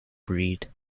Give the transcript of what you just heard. breed